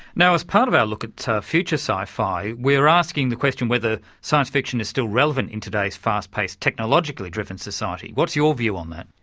now as part of our look at future sci-fi, we're asking the question whether science-fiction is still relevant in today's fast-paced technologically-driven society. what's your view on that?